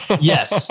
Yes